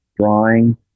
drawing